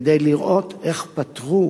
כדי לראות איך פתרו